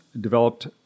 developed